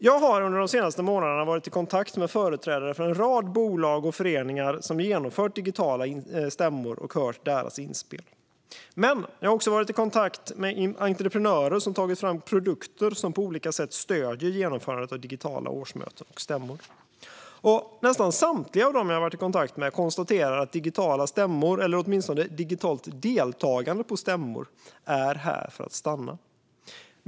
Jag har under de senaste månaderna varit i kontakt med företrädare för en rad bolag och föreningar som genomfört digitala stämmor, och jag har hört deras inspel. Jag har också varit i kontakt med entreprenörer som tagit fram produkter som på olika sätt stöder genomförandet av digitala årsmöten och stämmor. Nästan samtliga av dem jag varit i kontakt med konstaterar att digitala stämmor, eller åtminstone digitalt deltagande på stämmor, är här för att stanna.